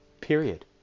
Period